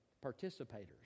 participators